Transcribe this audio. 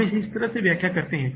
हम इसे इस तरह से व्याख्या करते हैं